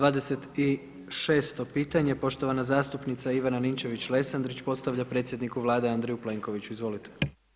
26. pitanje poštovana zastupnica Ivana Ninčević-Lesandrić postavlja predsjedniku Vlade Andreju Plenkoviću, izvolite.